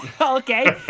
okay